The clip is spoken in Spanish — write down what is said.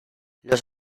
los